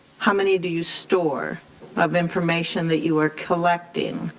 how many do you store of information that you are collecting?